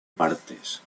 partes